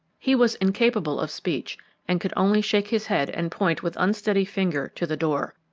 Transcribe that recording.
he was incapable of speech and could only shake his head and point with unsteady finger to the door.